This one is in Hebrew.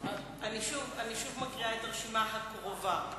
אני שוב קוראת את הרשימה הקרובה: